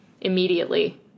immediately